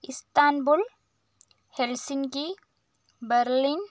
Istanbul Helsinki Berlin